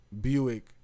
Buick